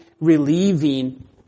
relieving